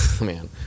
man